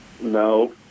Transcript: no